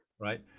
right